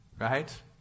Right